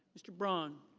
mr. braun.